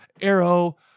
Arrow